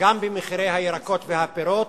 גם במחירי הירקות והפירות.